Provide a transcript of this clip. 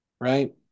right